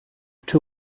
two